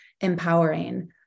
empowering